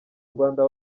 rwanda